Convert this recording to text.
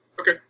Okay